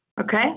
Okay